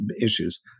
issues